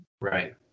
Right